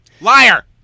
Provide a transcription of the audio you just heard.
liar